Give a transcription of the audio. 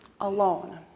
alone